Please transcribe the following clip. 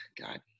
God